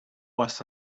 was